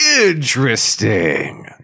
Interesting